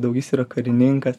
daug jis yra karininkas